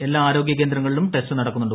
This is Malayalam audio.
എല്ലാ ആരോഗ്യ കേന്ദ്രങ്ങളിലും ടെസ്റ്റ് നടക്കുന്നുണ്ട്